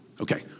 Okay